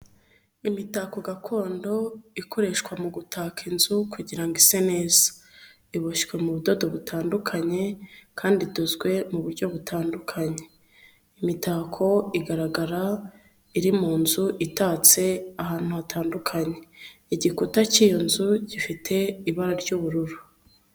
Imitako gakondo ikoreshwa mu gutaka inzu kugira ngo ise neza, iboshywe mu budodo butandukanye kandi idozwe mu buryo butandukanye, imitako igaragara iri mu nzu itatse ahantu hatandukanye, igikuta cy'iyo nzu gifite ibara ry'ubururu.